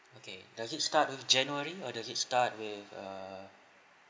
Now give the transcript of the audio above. okay does it start with january or does it start with a